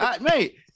Mate